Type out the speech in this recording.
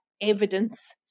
evidence